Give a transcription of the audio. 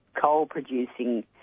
coal-producing